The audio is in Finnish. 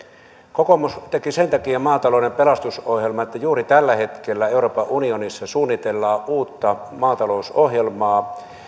kokoomus teki sen takia maatalouden pelastusohjelman että juuri tällä hetkellä euroopan unionissa suunnitellaan uutta maatalousohjelmaa